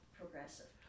progressive